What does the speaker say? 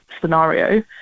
scenario